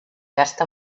gasta